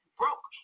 broke